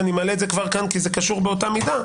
ואני מעלה את זה כבר כאן כי זה קשור באותה מידה,